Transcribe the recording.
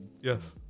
Yes